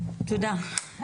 תודה.